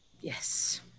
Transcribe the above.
Yes